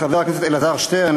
לחבר הכנסת אלעזר שטרן,